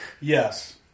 Yes